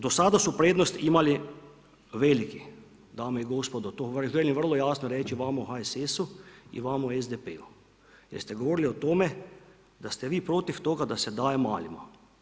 Do sada su prednost imali veliki, dame i gospodo, to velim vrlo jasno reći vama u HSS-u i vama u SDP-u jer ste govorili o tome da ste vi protiv toga da se daje malima.